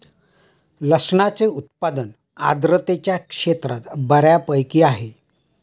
लसणाचे उत्पादन आर्द्रतेच्या क्षेत्रात बऱ्यापैकी आहे